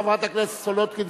חברת הכנסת סולודקין,